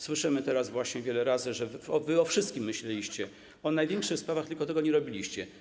Słyszymy teraz właśnie wiele razy, że wy o wszystkim myśleliście, o największych sprawach, tylko tego nie robiliście.